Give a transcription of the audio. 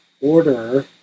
order